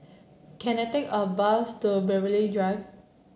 can I take a bus to Belgravia Drive